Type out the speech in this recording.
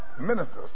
ministers